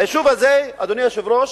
היישוב הזה, אדוני היושב-ראש,